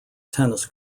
tennis